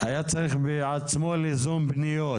היה צריך בעצמו ליזום פניות,